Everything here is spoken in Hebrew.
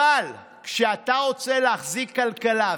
אבל כשאתה רוצה להחזיק כלכלה,